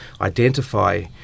identify